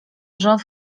rząd